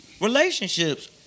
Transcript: relationships